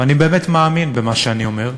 ואני באמת מאמין במה שאני אומר,